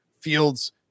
Fields